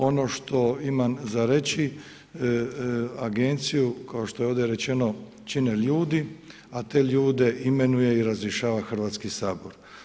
Ono što imam za reći, agenciju kao što je ovdje rečeno, čine ljudi, a te ljude imenuje i razrješava Hrvatski sabor.